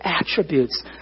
attributes